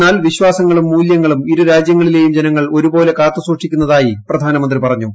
എന്നാൽ വിശ്വാസങ്ങളും മൂല്യങ്ങളും ഇരു രാജൃങ്ങളിലെയും ജനങ്ങൾ ഒരുപോലെ കാത്തുസൂക്ഷിക്കുന്നതായി പ്രധാനമന്ത്രി പറഞ്ഞു